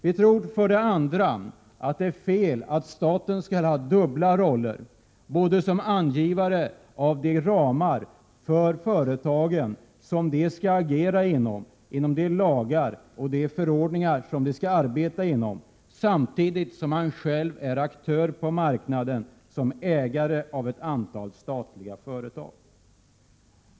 Vi tror för det andra att det är fel att staten skall ha dubbla roller; som angivare av de ramar som företagen skall agera inom och de lagar och förordningar som de skall arbeta inom, samtidigt som staten själv är aktör på marknaden i sin egenskap av ägare av ett antal statliga företag.